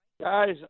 Guys